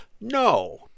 No